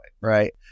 Right